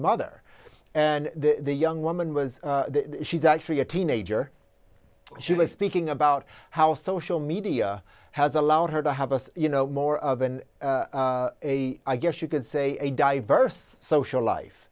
mother and the young woman was she's actually a teenager she was speaking about how social media has allowed her to have a you know more of an a i guess you could say a diverse social life